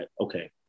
okay